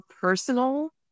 personal